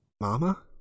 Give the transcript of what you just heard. Mama